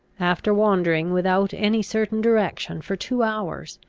after wandering without any certain direction for two hours,